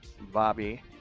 Bobby